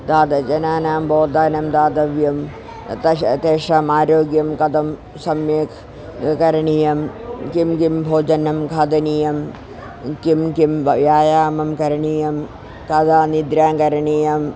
तादृश जनानां बोधनं दातव्यं तत् तेषाम् आरोग्यं कथं सम्यक् कं करणीयं किं किं भोजनं खादनीयं किं किं व्यायामं करणीयं कदा निद्रां करणीयम्